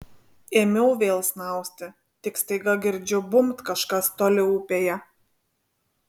ėmiau vėl snausti tik staiga girdžiu bumbt kažkas toli upėje